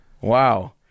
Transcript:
Wow